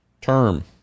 term